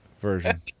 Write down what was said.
version